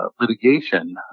litigation